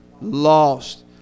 lost